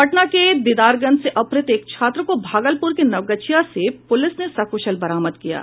पटना के दीदारगंज से अपहत एक छात्र को भागलपुर के नवगछिया से पूलिस ने सकृशल बरामद किया है